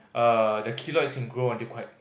uh the keloids can grow until quite